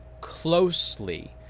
closely